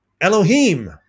Elohim